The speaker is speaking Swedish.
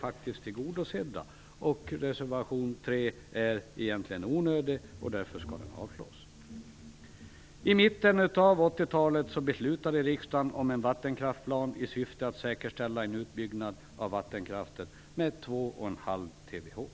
faktiskt är tillgodosedda. Det gör att res. 3 egentligen är onödig, och därför skall den avslås. I mitten av 1980-talet beslutade riksdagen om en vattenkraftsplan i syfte att säkerställa en utbyggnad av vattenkraften med två och en halv TWh.